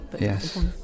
Yes